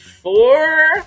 four